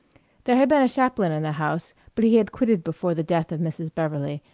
there had been a chaplain in the house, but he had quitted before the death of mrs. beverley,